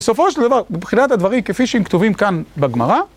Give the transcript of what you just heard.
בסופו של דבר, מבחינת הדברים, כפי שהם כתובים כאן בגמרא,